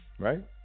Right